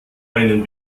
einen